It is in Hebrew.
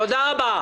תודה רבה.